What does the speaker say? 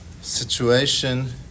situation